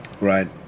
Right